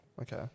Okay